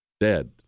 dead